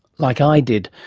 like i did,